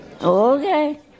Okay